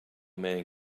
man